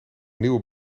nieuwe